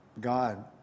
God